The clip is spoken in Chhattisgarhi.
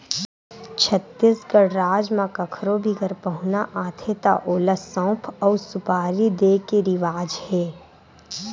छत्तीसगढ़ राज म कखरो भी घर पहुना आथे त ओला सउफ अउ सुपारी दे के रिवाज हे